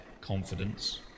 confidence